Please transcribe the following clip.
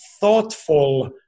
thoughtful